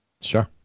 Sure